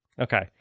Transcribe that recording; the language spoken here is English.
Okay